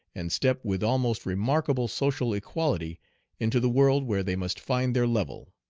and step with almost remarkable social equality into the world where they must find their level.